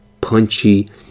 punchy